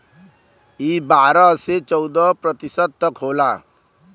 ई बारह से चौदह प्रतिशत तक होला